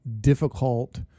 difficult